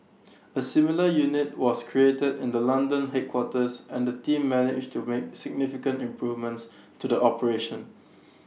A similar unit was created in the London headquarters and the team managed to make significant improvements to the operations